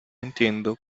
entiendo